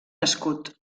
escut